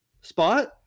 spot